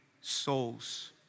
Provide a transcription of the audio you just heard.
souls